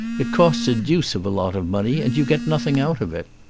it costs a deuce of a lot of money and you get nothing out of it.